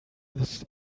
this